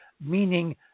meaning